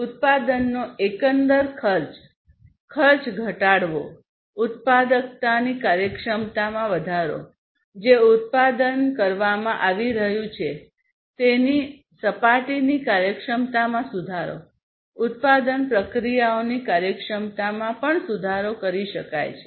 ઉત્પાદનનો એકંદર ખર્ચ ખર્ચ ઘટાડવોઉત્પાદકતા ઉત્પાદકતાની કાર્યક્ષમતામાં વધારો જે ઉત્પાદન કરવામાં આવી રહ્યું છે તેની સપાટીની કાર્યક્ષમતામાં સુધારો ઉત્પાદન પ્રક્રિયાઓની કાર્યક્ષમતામાં પણ સુધારો કરી શકાય છે